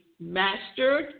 mastered